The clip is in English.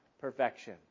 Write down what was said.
perfection